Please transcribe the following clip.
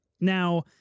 Now